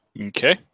Okay